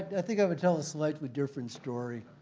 i think i would tell a slightly different story.